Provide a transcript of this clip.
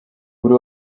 buri